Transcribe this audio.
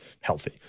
healthy